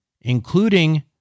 including